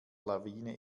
lawine